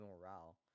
morale